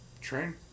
train